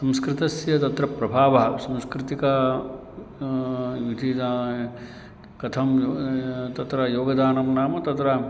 संस्कृतस्य तत्र प्रभावः संस्कृतिकं विधिः कथं तत्र योगदानं नाम तत्र